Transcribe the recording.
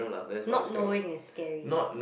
not knowing is scary